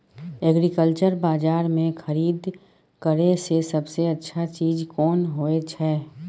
Agriculture बाजार में खरीद करे से सबसे अच्छा चीज कोन होय छै?